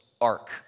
ark